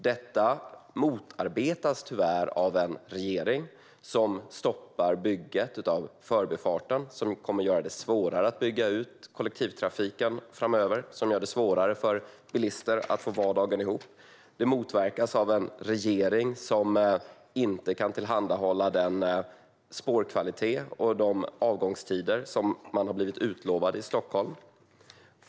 Detta motarbetas tyvärr av en regering som stoppade bygget av Förbifarten, vilket kommer att göra det svårare att bygga ut kollektivtrafiken framöver, vilket i sin tur gör det svårare för bilister att få vardagen att gå ihop. Det motverkas av en regering som inte kan tillhandahålla den spårkvalitet och de avgångstider som man har blivit utlovad i Stockholm.